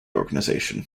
organization